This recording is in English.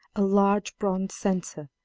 a large bronze censer,